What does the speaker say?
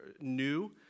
new